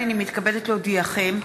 הנני מתכבדת להודיעכם,